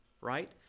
right